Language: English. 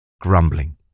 grumbling